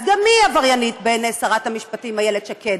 אז גם היא עבריינית בעיני שרת המשפטים איילת שקד.